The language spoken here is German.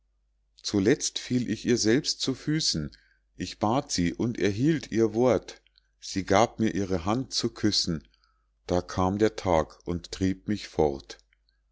zuletzt fiel ich ihr selbst zu füßen ich bat sie und erhielt ihr wort sie gab mir ihre hand zu küssen da kam der tag und trieb mich fort